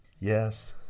Yes